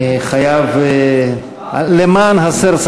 מה השאלה?